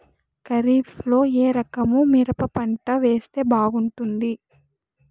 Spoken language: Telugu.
ఖరీఫ్ లో ఏ రకము మిరప పంట వేస్తే బాగుంటుంది